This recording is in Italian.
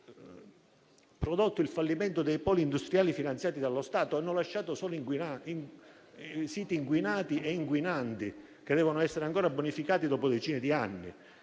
ha prodotto il fallimento dei poli industriali finanziati dallo Stato, lasciando solo siti inquinati e inquinanti, che devono essere ancora bonificati, dopo decine di anni.